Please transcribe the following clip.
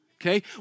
okay